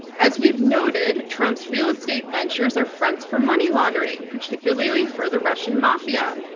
as we've noted, trump's real estate ventures are fronts for money laundering, particularly for the russian mafia.